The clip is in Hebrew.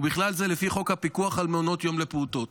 ובכלל זה לפי חוק הפיקוח על מעונות יום לפעוטות.